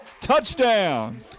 Touchdown